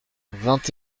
vingt